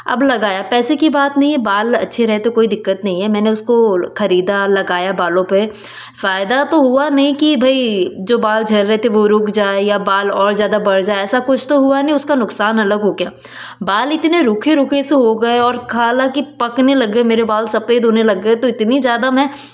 अब लगाया पैसे की बात नहीं है बाल अच्छे रहे तो कोई दिक्कत नहीं है मैंने उसको ख़रीदा लगाया बालों पे फ़ायदा तो हुआ नहीं की भाई जो बल झड़ रहे थे वो रुक जाएं या बाल और ज़्यादा बढ़ जाए ऐसा कुछ तो हुआ नही उसका नुकसान अलग हो गया बाल इतने रूखे रूखे से हो गए और हालाँकि पकने लग गए मेरे बाल सफ़ेद होने लग गए तो इतनी ज़्यादा मैं